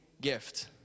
gift